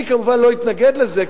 אני כמובן לא אתנגד לזה,